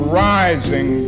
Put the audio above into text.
rising